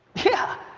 yeah.